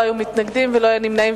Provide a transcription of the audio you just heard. לא היו מתנגדים ולא היו נמנעים.